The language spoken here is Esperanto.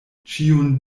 ĉiun